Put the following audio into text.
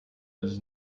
was